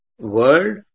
world